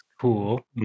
Cool